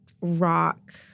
rock